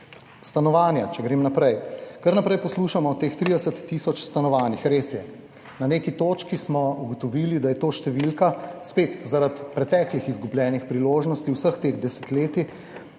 Stanovanja, če grem naprej, kar naprej poslušamo o teh 30 tisoč stanovanjih. Res je, na neki točki smo ugotovili, da je to številka, spet zaradi preteklih izgubljenih priložnosti vseh teh desetletij,